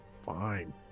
fine